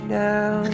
now